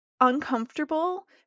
uncomfortable